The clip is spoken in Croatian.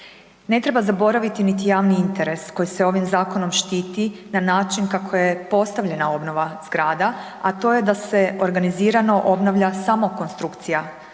Ne treba zaboraviti niti javni interes koji se ovim zakonom štiti na način kako je postavljena obnova zgrada, a to je da se organizirano obnavlja samo konstrukcija